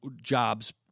jobs